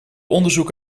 onderzoek